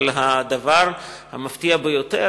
אבל הדבר המפתיע ביותר,